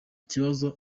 kibazo